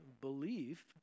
belief